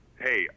hey